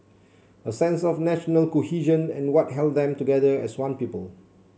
a sense of national cohesion and what held them together as one people